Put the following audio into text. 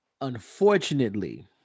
unfortunately